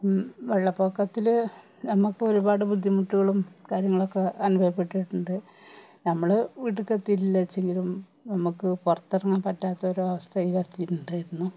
വെള്ളപ്പൊക്കത്തിൽ നമ്മൾക്ക് ഒരുപാട് ബുദ്ധിമുട്ടുകളും കാര്യങ്ങളൊക്കെ അനുഭവപ്പെട്ടിട്ടുണ്ട് നമ്മൾ വീട്ട്ക്കെത്തിട്ടില്ലച്ചില്ലങ്കിലും നമ്മൾക്ക് പുറത്തെറങ്ങാൻ പറ്റാത്തൊരു അവസ്ഥയിൽ എത്തിയിട്ടുണ്ടായിരുന്നു